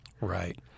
right